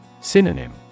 Synonym